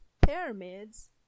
pyramids